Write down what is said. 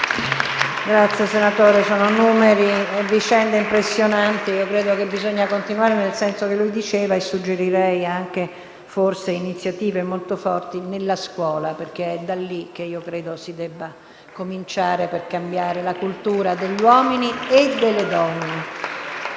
Grazie, senatore Pagliari. Sono numeri e vicende impressionanti: io credo si debba continuare nel senso che lei diceva e suggerirei anche delle iniziative molto forti nella scuola, perché è da lì che io credo si debba cominciare per cambiare la cultura degli uomini e delle donne.